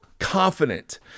confident